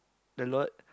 the lot